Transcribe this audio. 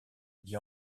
dit